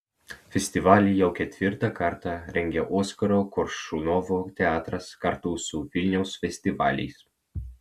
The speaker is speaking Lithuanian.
festivalį jau ketvirtą kartą rengia oskaro koršunovo teatras kartu su vilniaus festivaliais